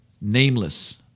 Nameless